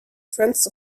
friends